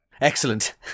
excellent